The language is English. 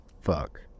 Fuck